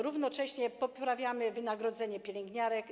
Równocześnie poprawiamy wynagrodzenie pielęgniarek.